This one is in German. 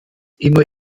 immer